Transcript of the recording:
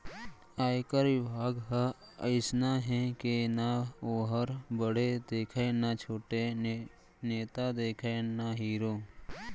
आयकर बिभाग ह अइसना हे के ना वोहर बड़े देखय न छोटे, नेता देखय न हीरो